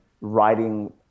writing